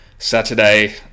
Saturday